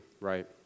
right